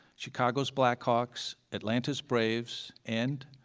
chicago's blackhawks, atlanta's braves and,